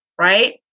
right